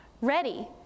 ready